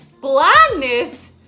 Blindness